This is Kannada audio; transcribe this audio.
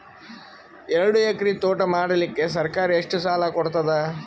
ಎರಡು ಎಕರಿ ತೋಟ ಮಾಡಲಿಕ್ಕ ಸರ್ಕಾರ ಎಷ್ಟ ಸಾಲ ಕೊಡತದ?